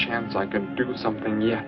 chance i can do something ye